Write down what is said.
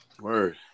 Word